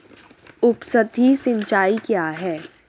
उपसतही सिंचाई क्या है?